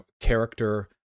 character